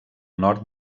nord